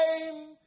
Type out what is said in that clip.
name